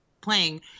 playing